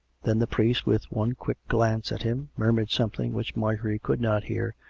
then the priest, with one quick glance at him, murmured something which marjorie could not hear,